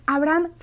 Abraham